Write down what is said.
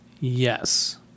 Yes